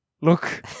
look